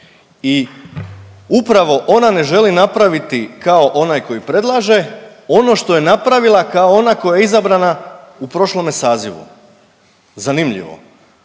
i upravo ona ne želi napraviti kao onaj koji predlaže ono što je napravila kao ona koja je izabrana u prošlome sazivu. Zanimljivo.